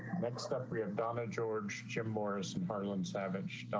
next up we have dan and george jim morrison harlan savage